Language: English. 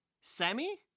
Sammy